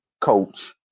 coach